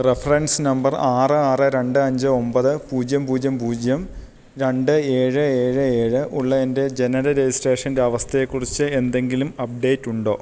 reference number ആറ് ആറ് രണ്ട് അഞ്ച് ഒമ്പത് പൂജ്യം പൂജ്യം പൂജ്യം രണ്ട് ഏഴ് ഏഴ് ഏഴ് ഉള്ള എന്റെ ജനന രജിസ്ട്രേഷന്റെ അവസ്ഥയെക്കുറിച്ച് എന്തെങ്കിലും അപ്ഡേറ്റ് ഉണ്ടോ